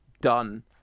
done